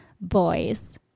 boys